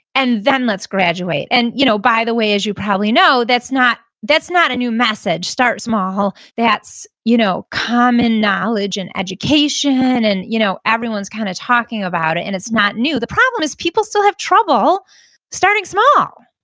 and then let's graduate. and you know by the way, as you probably know, that's not that's not a new message. start small. that's you know common knowledge in and education, and you know everyone's kind of talking about it, and it's not new. the problem is people still have trouble starting small,